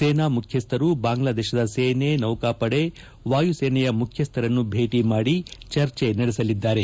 ಸೇನಾ ಮುಖ್ಯಸ್ವರು ಬಾಂಗ್ಲಾದೇಶದ ಸೇನೆ ನೌಕಾಪಡೆ ವಾಯುಸೇನೆಯ ಮುಖ್ಯಸ್ವರನ್ನು ಭೇಟಿ ಮಾಡಿ ಚರ್ಚೆ ನಡೆಸಲಿದ್ದಾರೆ